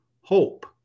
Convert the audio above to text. hope